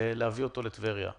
ולהביא אותו לטבריה.